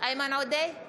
איימן עודה,